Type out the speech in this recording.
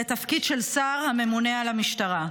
לתפקיד של שר הממונה על המשטרה.